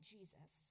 Jesus